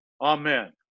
Amen